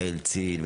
יעל צין,